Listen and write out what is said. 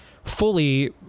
Fully